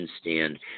Stand